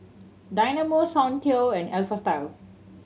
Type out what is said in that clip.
Dynamo Soundteoh and Alpha Style